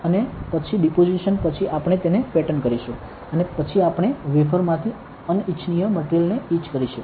અને પછી ડિપોઝિશન પછી આપણે તેને પેટર્ન કરીશું અને પછી આપણે વેફરમાંથી અનિચ્છનીય માટેરિયલ્સ ને ઇચ કરીશું